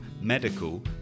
medical